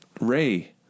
Ray